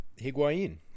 Higuain